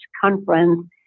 conference